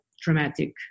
traumatic